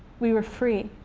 we were free.